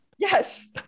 Yes